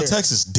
Texas